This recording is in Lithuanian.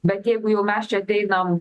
bet jeigu jau mes čia ateinam